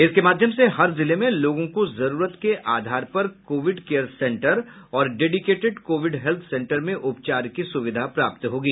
इसके माध्यम से हर जिले में लोगों को जरूरत के आधार पर कोविड केयर सेंटर और डेडिकेटेड कोविड हेल्थ सेन्टर में उपचार की सुविधा प्राप्त होगी